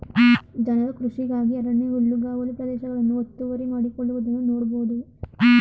ಜನರು ಕೃಷಿಗಾಗಿ ಅರಣ್ಯ ಹುಲ್ಲುಗಾವಲು ಪ್ರದೇಶಗಳನ್ನು ಒತ್ತುವರಿ ಮಾಡಿಕೊಳ್ಳುವುದನ್ನು ನೋಡ್ಬೋದು